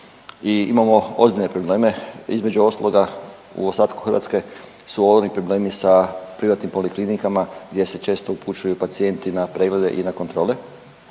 I imamo ozbiljne probleme između ostaloga u ostatku Hrvatske su ogromni problemi sa privatnim poliklinikama gdje se često upućuju pacijenti na preglede i na kontrole.